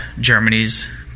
Germany's